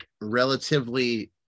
relatively